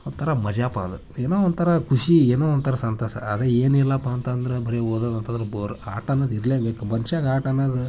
ಒಂಥರ ಮಜಾಪ್ಪ ಅದು ಏನೋ ಒಂಥರ ಖುಷಿ ಏನೋ ಒಂಥರ ಸಂತಸ ಅದೇ ಏನಿಲ್ಲಪ್ಪ ಅಂತಂದ್ರೆ ಬರೀ ಓದೋದಂತಂದ್ರು ಬೋರ್ ಆಟ ಅನ್ನದು ಇರಲೇ ಬೇಕು ಮನ್ಷ್ಯಾಗೆ ಆಟ ಅನ್ನೋದು